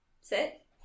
Sit